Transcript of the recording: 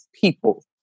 people